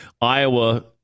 Iowa